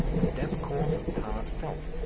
a damp course of tarred felt,